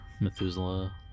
Methuselah